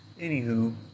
Anywho